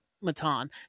Matan